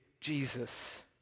Jesus